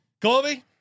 Colby